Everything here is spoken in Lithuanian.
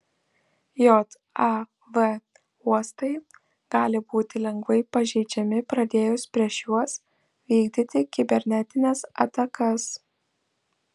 jav uostai gali būti lengvai pažeidžiami pradėjus prieš juos vykdyti kibernetines atakas